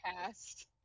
past